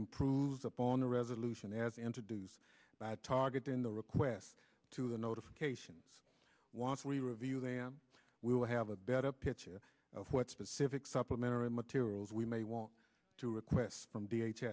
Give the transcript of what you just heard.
improves upon the resolution as introduce by targeting the requests to the notifications once we review them we'll have a better picture of what specific supplementary materials we may want to request from